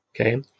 Okay